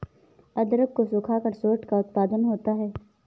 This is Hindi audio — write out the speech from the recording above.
अदरक को सुखाकर सोंठ का उत्पादन होता है